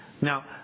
Now